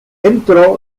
entrò